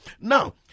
Now